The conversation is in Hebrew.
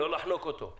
לא לחנוק אותו.